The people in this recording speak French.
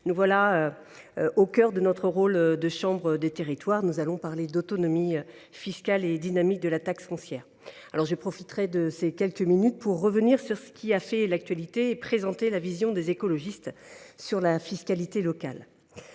est au cœur de son rôle de chambre des territoires. Nous allons parler d’autonomie fiscale et de dynamique de la taxe foncière. Je profiterai de ces quelques minutes pour revenir sur ce qui a fait l’actualité et présenter la vision des écologistes sur la fiscalité locale.